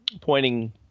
pointing –